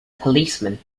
policemen